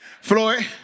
Floyd